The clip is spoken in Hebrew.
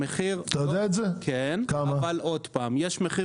יש מחיר